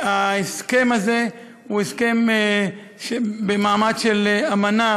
התשע"ז 2017. יציג את החוק סגן שר הביטחון,